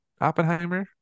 Oppenheimer